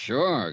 Sure